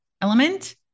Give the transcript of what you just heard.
element